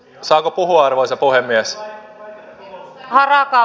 saako puhua arvoisa puhemies